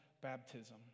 baptism